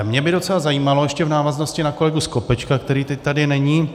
Mě by docela zajímalo ještě v návaznosti na kolegu Skopečka, který teď tady není.